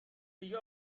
دیگه